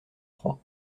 trois